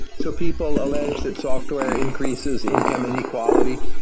so people allege that software increases income inequality.